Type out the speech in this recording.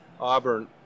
Auburn